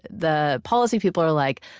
the policy people are like,